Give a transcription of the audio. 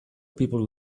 people